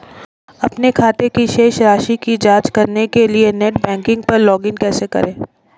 अपने खाते की शेष राशि की जांच करने के लिए नेट बैंकिंग पर लॉगइन कैसे करें?